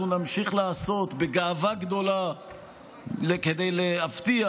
אנחנו נמשיך לעשות בגאווה גדולה כדי להבטיח